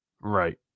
Right